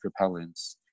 repellents